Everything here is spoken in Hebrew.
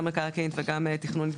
גם מקרעין וגם תכנון,